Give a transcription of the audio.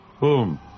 Boom